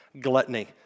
Gluttony